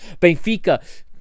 Benfica